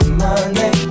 monday